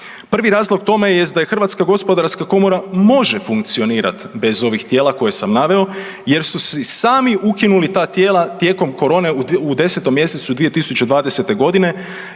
Prvi razlog tome jest da HGK može funkcionirat bez ovih tijela koje sam naveo jer su si sami ukinuli ta tijela tijekom korone u 10. mjesecu 2020.g. i